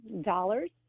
dollars